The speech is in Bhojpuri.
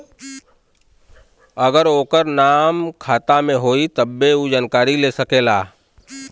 अगर ओकर नाम खाता मे होई तब्बे ऊ जानकारी ले सकेला